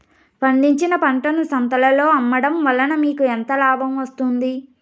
పండించిన పంటను సంతలలో అమ్మడం వలన మీకు ఎంత లాభం వస్తుంది?